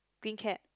green cap